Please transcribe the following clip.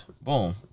boom